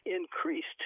increased